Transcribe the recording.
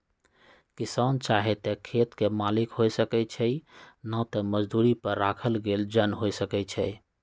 किसान चाहे त खेत के मालिक हो सकै छइ न त मजदुरी पर राखल गेल जन हो सकै छइ